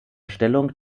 stellung